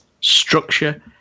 structure